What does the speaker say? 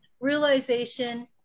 realization